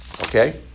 Okay